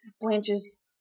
Blanche's